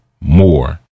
more